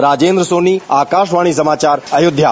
राजेन्द्र सोनी आकाशवाणी समाचार अयोध्या